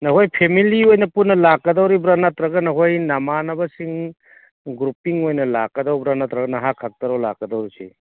ꯅꯈꯣꯏ ꯐꯦꯃꯤꯂꯤ ꯑꯣꯏꯅ ꯄꯨꯟꯅ ꯂꯥꯛꯀꯗꯧꯔꯤꯕ꯭ꯔꯣ ꯅꯠꯇ꯭ꯔꯒ ꯅꯍꯣꯏ ꯅꯃꯥꯟꯅꯕꯁꯤꯡ ꯒ꯭ꯔꯨꯞꯄꯤꯡ ꯑꯣꯏꯅ ꯂꯥꯛꯀꯗꯧꯔꯤꯕ꯭ꯔꯥ ꯅꯠꯇ꯭ꯔꯒ ꯅꯍꯥꯛ ꯈꯛꯇꯔꯣ ꯂꯥꯛꯀꯗꯧꯔꯤꯁꯦ